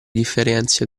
differenza